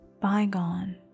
bygone